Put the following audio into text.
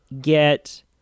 get